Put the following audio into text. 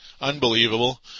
unbelievable